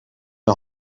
een